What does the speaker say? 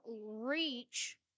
reach